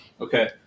Okay